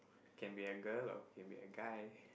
can be a girl or can be a guy